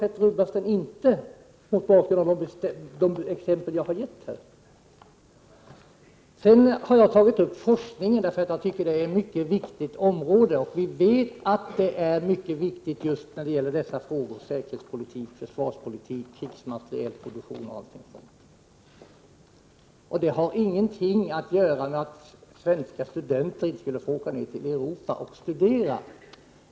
Men hur kan det förklaras, mot bakgrund av de exempel som jag här har anfört? Vidare har jag tagit upp frågan om forskningen. Jag tycker nämligen att forskningen är ett mycket viktigt område. Vi vet ju att den är mycket viktig just när det gäller säkerhetspolitik, försvarspolitik, krigsmaterielproduktion etc. Detta har ingenting att göra med talet om att svenska studenter inte skulle få studera på annat håll i Europa.